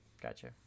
gotcha